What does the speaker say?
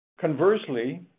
Conversely